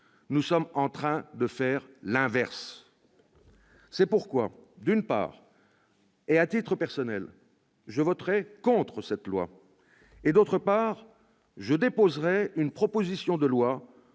Nous sommes en train de faire l'inverse ! C'est pourquoi, d'une part, et à titre personnel, je voterai contre cette proposition de loi et, d'autre part, je déposerai une proposition de loi